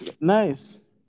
Nice